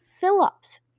Phillips